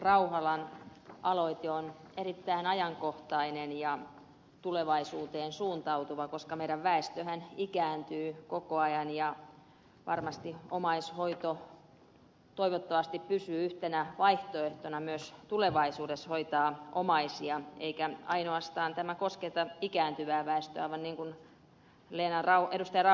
rauhalan aloite on erittäin ajankohtainen ja tulevaisuuteen suuntautuva koska meidän väestömmehän ikääntyy koko ajan ja varmasti omaishoito toivottavasti pysyy yhtenä vaihtoehtona myös tulevaisuudessa hoitaa omaisia eikä ainoastaan tämä kosketa ikääntyvää väestöä vaan niin kuin ed